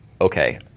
okay